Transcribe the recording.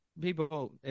People